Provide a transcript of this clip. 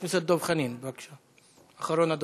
חבר הכנסת דב חנין, בבקשה, אחרון הדוברים.